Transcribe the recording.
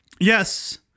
Yes